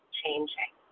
changing